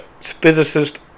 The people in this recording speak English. physicist